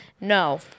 No